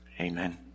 Amen